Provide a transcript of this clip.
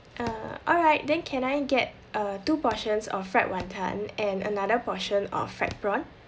uh alright then can I get uh two portions of fried wanton and another portion of fried prawn